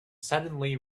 suddenly